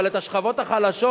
אבל את השכבות החלשות,